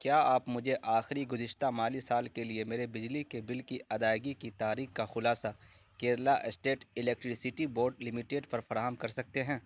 کیا آپ مجھے آخری گزشتہ مالی سال کے لیے میرے بجلی کے بل کی ادائیگی کی تاریخ کا خلاصہ Kerala state electricity board limited پر فراہم کر سکتے ہیں